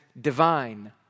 divine